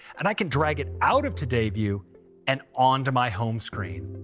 and i can drag it out of today view and onto my home screen.